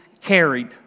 carried